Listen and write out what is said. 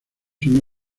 son